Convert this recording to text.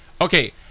Okay